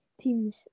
teams